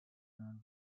non